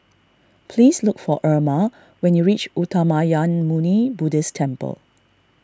please look for Irma when you reach Uttamayanmuni Buddhist Temple